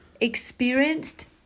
experienced